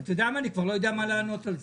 אתה יודע מה, אני כבר לא יודע מה לענות על זה.